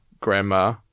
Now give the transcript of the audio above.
grandma